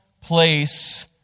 place